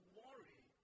worry